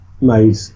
made